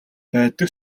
байдаг